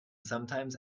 sometimes